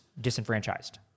disenfranchised